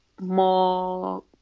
more